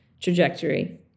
trajectory